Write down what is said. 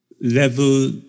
level